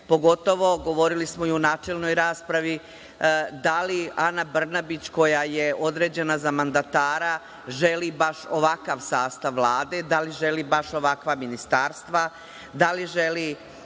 pogotovo, govorili smo i u načelnoj raspravi da li Ana Brnabić, koja je određena za mandatara želi baš ovakav sastav Vlade, da li želi baš ovakva ministarstva, da li želi